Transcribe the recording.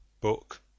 Book